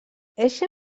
eixe